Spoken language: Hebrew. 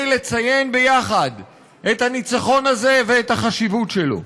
לציין ביחד את הניצחון הזה ואת החשיבות שלו.